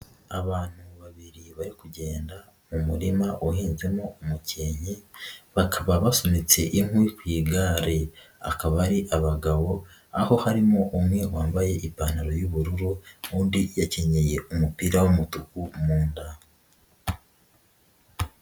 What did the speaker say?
Abantu babiri bari kugenda mu murima uhinzemo umukeke bakaba basunitse inkwi ku igare, akaba ari abagabo aho harimo umwe wambaye ipantaro y'ubururu undi yakenyeye umupira w'umutuku mu nda.